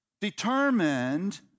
determined